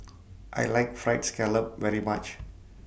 I like Fried Scallop very much